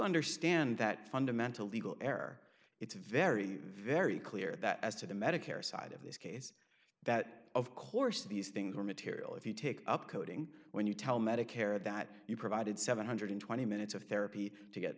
understand that fundamental legal error it's very very clear that as to the medicare side of this case that of course these things are material if you take up coding when you tell medicare that you provided seven hundred and twenty minutes of therapy to get